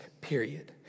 period